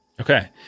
Okay